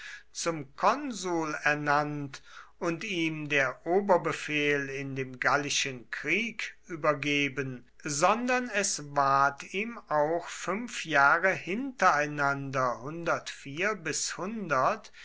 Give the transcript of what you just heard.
zum konsul ernannt und ihm der oberbefehl in dem gallischen krieg übergeben sondern es ward ihm auch fünf jahre hintereinander